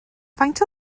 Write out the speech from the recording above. faint